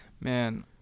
Man